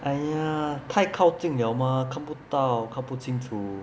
!aiya! 太靠经了嘛看不到看不清楚